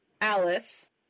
Alice